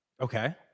Okay